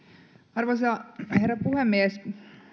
arvoisa herra puhemies